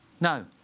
No